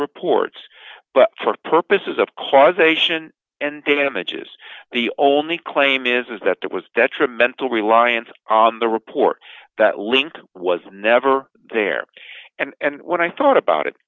reports but for purposes of causation and damages the only claim is that that was detrimental reliance on the report that link was never there and when i thought about it